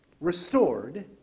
restored